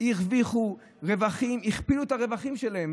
הכפילו את הרווחים שלהן.